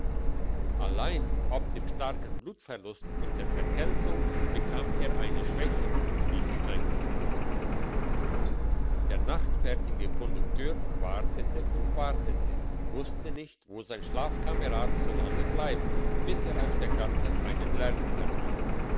allein ob dem starken blutverlust und der verkältung bekam er eine schwäche und schlief ein der nachtfertige kondukteur wartete und wartete wusste nicht wo sein schlafkamerad so lange bleibt bis er auf der gasse einen lärm vernahm